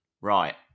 Right